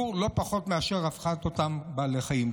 הציבור לא פחות מאשר על רווחת אותם בעלי חיים.